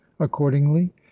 accordingly